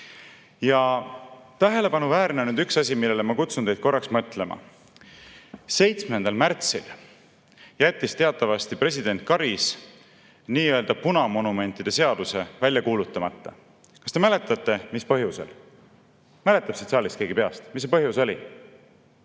pihta. Tähelepanuväärne on üks asi, millele ma kutsun teid korraks mõtlema. 7. märtsil jättis president Karis nii-öelda punamonumentide seaduse välja kuulutamata. Kas te mäletate, mis põhjusel? Mäletab siit saalist keegi peast, mis see põhjus oli?